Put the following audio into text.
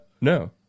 No